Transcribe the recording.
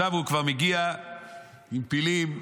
עכשיו הוא כבר מגיע עם פילים,